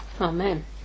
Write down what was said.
Amen